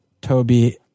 Toby